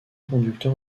conducteur